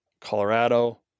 Colorado